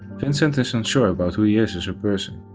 vincent is unsure about who he is as a person,